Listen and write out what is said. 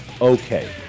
okay